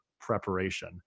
preparation